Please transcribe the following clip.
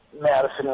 Madison